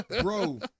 Bro